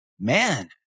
man